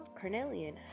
Carnelian